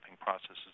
processes